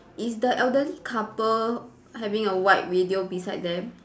is the elderly couple having a white radio beside them